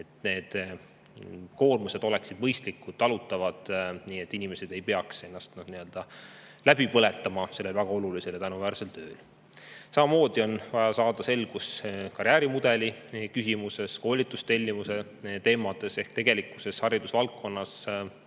et koormus oleks mõistlik, talutav, et inimesed ei peaks ennast läbi põletama seda väga olulist ja tänuväärset tööd tehes. Samamoodi on vaja saada selgust karjäärimudeli küsimuses ja koolitustellimuse teemades. Tegelikkuses on haridusvaldkonnas